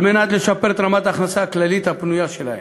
על מנת לשפר את רמת ההכנסה הכללית והפנויה שלהם,